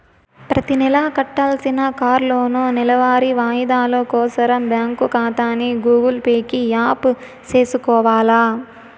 ప్రతినెలా కట్టాల్సిన కార్లోనూ, నెలవారీ వాయిదాలు కోసరం బ్యాంకు కాతాని గూగుల్ పే కి యాప్ సేసుకొవాల